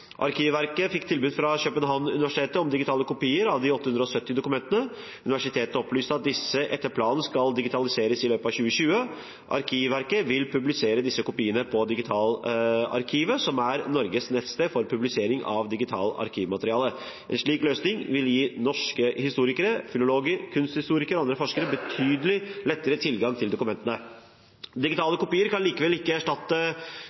Arkivverket fikk tilbud fra Københavns Universitet om digitale kopier av de 870 dokumentene, universitetet opplyste at disse etter planen skal digitaliseres i løpet av 2020. Arkivverket vil publisere disse kopiene på digitalarkivet.no, som er Norges nettsted for publisering av digitalt arkivmateriale. En slik løsning vil gi norske historikere, filologer, kunsthistorikere og andre forskere betydelig lettere tilgang til dokumentene. Digitale kopier kan likevel ikke erstatte